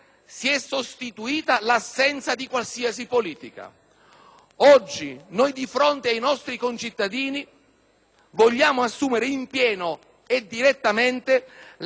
Oggi, di fronte ai nostri concittadini, noi vogliamo assumere in pieno e direttamente la responsabilità delle politiche del nostro sviluppo.